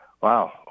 wow